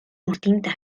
mortinta